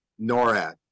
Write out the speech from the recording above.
NORAD